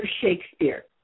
Shakespeare